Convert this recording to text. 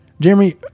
Jeremy